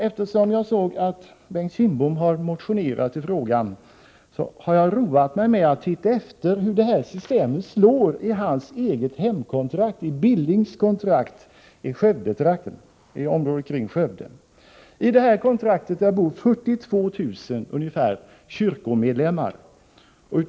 Eftersom jag sett att Bengt Kindbom motionerat i frågan har jag roat mig med att se efter hur detta system slår i hans eget hemkontrakt, Billings kontrakt i området kring Skövde. I det kontraktet bor ungefär 42 000 kyrkomedlemmar.